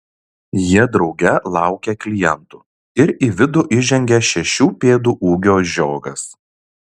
jie drauge laukia klientų ir į vidų įžengia šešių pėdų ūgio žiogas